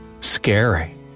Scary